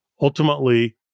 Ultimately